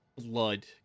blood